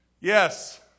Yes